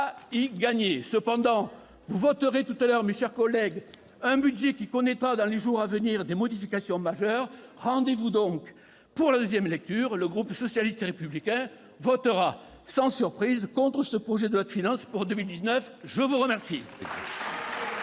mes chers collègues, vous voterez tout à l'heure un budget qui connaîtra dans les jours à venir des modifications majeures. Rendez-vous donc pour la deuxième lecture. Le groupe socialiste et républicain votera sans surprise contre ce projet de loi de finances pour 2019. La parole